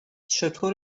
چطور